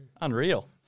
Unreal